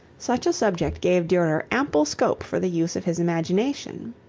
such a subject gave durer ample scope for the use of his imagination.